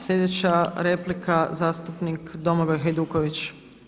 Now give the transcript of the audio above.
Sljedeća replika zastupnik Domagoj Hajduković.